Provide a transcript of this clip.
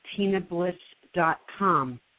tinabliss.com